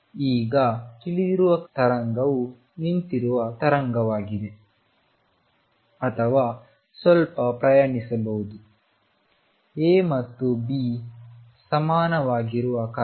ಈಗ ಇಲ್ಲಿರುವ ತರಂಗವು ನಿಂತಿರುವ ತರಂಗವಾಗಿದೆ ಅಥವಾ ಸ್ವಲ್ಪ ಪ್ರಯಾಣಿಸಬಹುದು A ಮತ್ತು B ಸಮಾನವಾಗಿರದ ಕಾರಣ